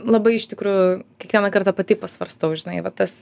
labai iš tikrųjų kiekvieną kartą pati pasvarstau žinai va tas